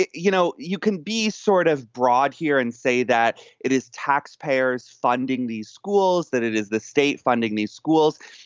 you know, you can be sort of broad here and say that it is taxpayers funding these schools, that it is the state funding these schools.